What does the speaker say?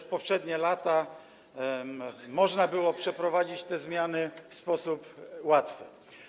w poprzednich latach można było przeprowadzić te zmiany w sposób łatwy.